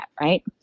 right